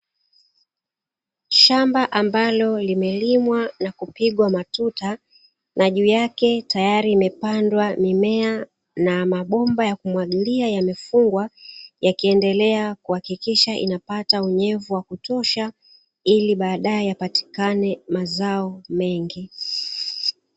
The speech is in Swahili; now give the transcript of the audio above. Shamba ambalo limelimwa na kupigwa matuta na juu yake tayari imepandwa mimea na mabomba ya kumwagilia yamefungwa yakiendelea kuhakikisha inapata unyevu wa kutosha ili baadaye apatikane mazao.